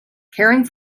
caring